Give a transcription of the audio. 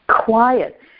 Quiet